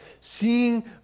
Seeing